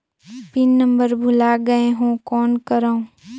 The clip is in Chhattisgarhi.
पिन नंबर भुला गयें हो कौन करव?